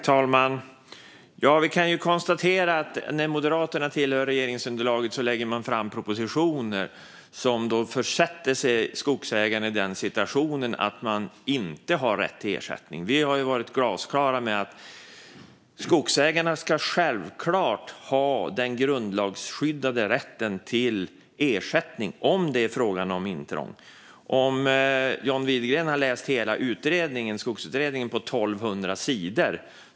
Fru talman! Vi kan konstatera att när Moderaterna tillhör regeringsunderlaget lägger man fram propositioner som försätter skogsägarna i en situation där de inte har rätt till ersättning. Vi har varit glasklara med att skogsägarna självklart ska ha den grundlagsskyddade rätten till ersättning om det är frågan om intrång. Jag vet inte om John Widegren har läst hela Skogsutredningen på 1 200 sidor.